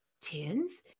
tins